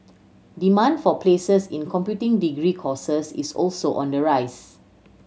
demand for places in computing degree courses is also on the rise